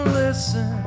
listen